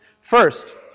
First